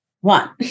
One